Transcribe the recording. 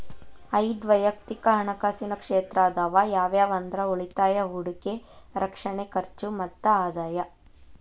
ಐದ್ ವಯಕ್ತಿಕ್ ಹಣಕಾಸಿನ ಕ್ಷೇತ್ರ ಅದಾವ ಯಾವ್ಯಾವ ಅಂದ್ರ ಉಳಿತಾಯ ಹೂಡಿಕೆ ರಕ್ಷಣೆ ಖರ್ಚು ಮತ್ತ ಆದಾಯ